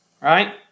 right